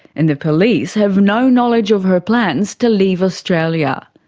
and the police have no knowledge of her plans to leave australia.